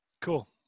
Cool